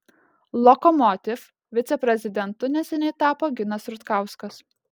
lokomotiv viceprezidentu neseniai tapo ginas rutkauskas